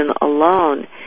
alone